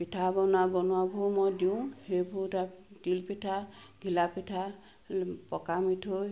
পিঠা বনোৱা বনোৱাবোৰো মই দিওঁ সেইবোৰ তাত তিলপিঠা ঘিলাপঠা পকামিঠৈ